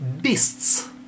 beasts